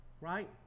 Right